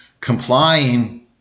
Complying